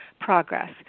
progress